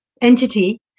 entity